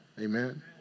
Amen